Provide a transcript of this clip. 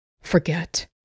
Forget